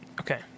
Okay